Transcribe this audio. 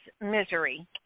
misery